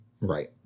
Right